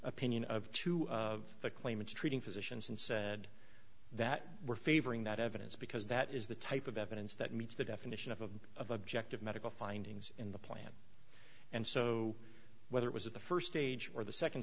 opinion of two of the claimants treating physicians and said that we're favoring that evidence because that is the type of evidence that meets the definition of of objective medical findings in the plan and so whether it was at the first stage or the second